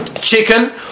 chicken